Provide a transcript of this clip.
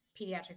pediatric